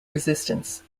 resistance